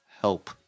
help